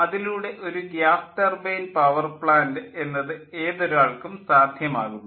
അതിലൂടെ ഒരു gas turbine power plant എന്നത് ഏതൊരാൾക്കും സാധ്യമാകുന്നു